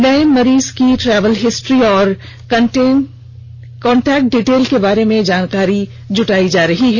नए मरीज की ट्रैवल हिस्ट्री और कॉन्टेक्ट डिटेल के बारे में जानकारी जुटाई जा रही है